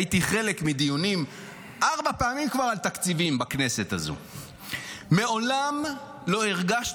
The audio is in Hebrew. הייתי חלק מדיונים על תקציבים בכנסת הזו כבר ארבע פעמים.